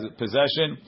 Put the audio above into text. possession